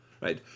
right